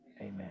amen